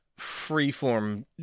freeform